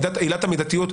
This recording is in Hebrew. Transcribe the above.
עילת המידתיות,